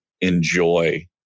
enjoy